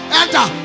enter